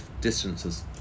distances